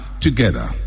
together